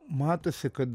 matosi kad